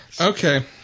Okay